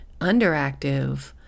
underactive